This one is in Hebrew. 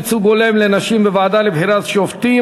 ייצוג הולם לנשים בוועדה לבחירת שופטים),